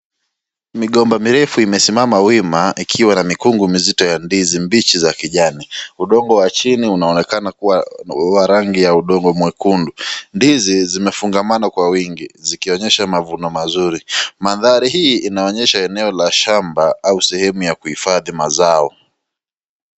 Migomba mirefu imesimama wima ikiwa na mikungu mizito ya ndizi mbichi za kijani, udongo wa chini unaonekana kuwa wa rangi ya udongo mwekundu. Ndizi zimefungamana kwa wingi zikionyesha mavuno mazuri, mandhari hii inaonyesha eneo la shamba au sehemu ya kuhifadhi mazao.